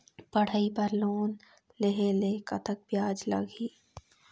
पढ़ई बर लोन लेहे ले कतक ब्याज लगही?